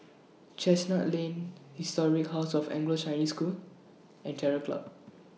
Chestnut Lane Historic House of Anglo Chinese School and Terror Club